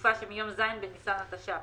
בתופה שמיום ז' בניסן התש"ף